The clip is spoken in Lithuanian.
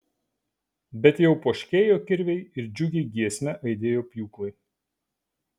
bet jau poškėjo kirviai ir džiugia giesme aidėjo pjūklai